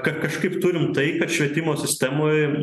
kad kažkaip turim tai kad švietimo sistemoj